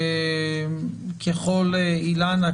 אילנה,